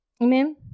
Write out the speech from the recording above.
Amen